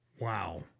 Wow